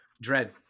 Dread